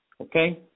okay